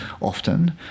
Often